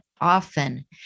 often